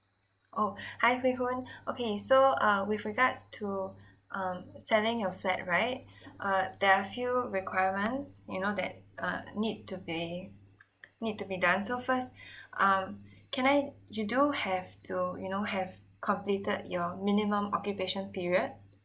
oh hi hui hun okay so uh with regards to um selling your flat right uh there are a few requirements you know that uh need to be need to be done so first um can I you do have to you know have completed your minimum occupation period